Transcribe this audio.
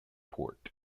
port